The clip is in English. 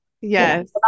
yes